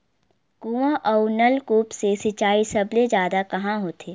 कुआं अउ नलकूप से सिंचाई सबले जादा कहां होथे?